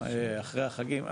אחרי החגים.